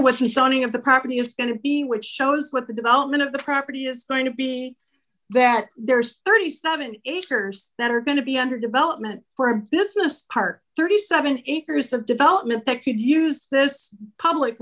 signing of the property is going to be which shows what the development of the property is going to be that there's thirty seven dollars acres that are going to be under development for a business park thirty seven acres of development that could use this public